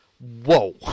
Whoa